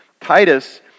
Titus